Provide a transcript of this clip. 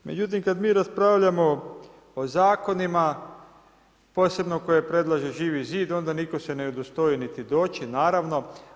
Međutim, kad mi raspravljamo o zakonima, posebno koje predlaže Živi zid onda nitko se ni udostoji niti doći, naravno.